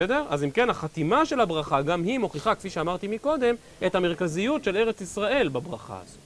בסדר? אז אם כן, החתימה של הברכה גם היא מוכיחה, כפי שאמרתי מקודם, את המרכזיות של ארץ ישראל בברכה הזאת.